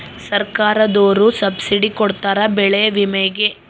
ಸರ್ಕಾರ್ದೊರು ಸಬ್ಸಿಡಿ ಕೊಡ್ತಾರ ಬೆಳೆ ವಿಮೆ ಗೇ